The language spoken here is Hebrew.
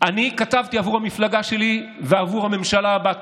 אני כתבתי עבור המפלגה שלי ועבור הממשלה הבאה